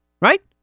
right